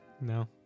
No